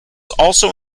also